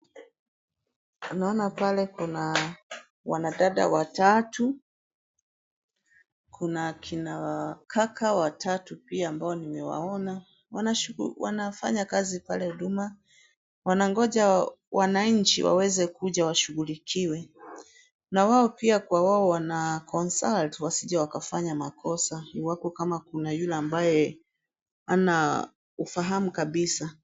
Tunaona pale kuna wanadada watatu, kuna kina kaka watatu pia ambao nimewaona, wanafanya kazi pale Huduma. Wanangoja wananchi waweze kuja washughulikiwe. Na wao pia kwa wao wana consult wasije wakafanya makosa, iwapo kama kuna yule ambaye ana ufahamu kabisa.